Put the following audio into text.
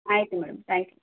ಆಯಿತು madam thank you